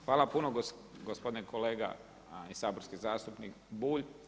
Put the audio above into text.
Hvala puno gospodine kolega i saborski zastupnik Bulj.